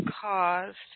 caused